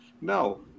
No